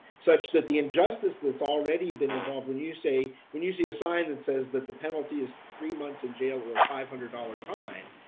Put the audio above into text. such that the injustice that's already been involved when you say, when you see a sign that says that the penalty is three months in jail or five hundred dollars fine,